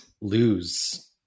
Lose